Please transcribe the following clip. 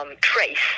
Trace